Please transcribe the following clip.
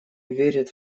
верит